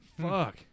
Fuck